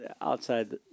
outside